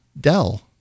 Dell